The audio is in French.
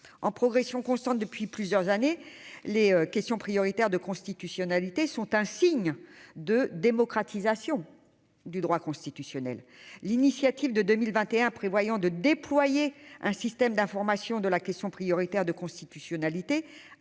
en progression constante depuis plusieurs années, les questions prioritaires de constitutionnalité sont un signe de démocratisation du droit constitutionnel, l'initiative de 2021 prévoyant de déployer un système d'information de la question prioritaire de constitutionnalité